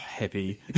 Happy